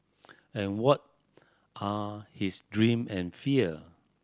and what are his dream and fear